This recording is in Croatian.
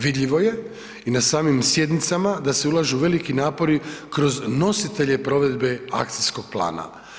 Vidljivo je i na samim sjednicama da se ulažu veliki napori kroz nositelje provedbe akcijskog plana.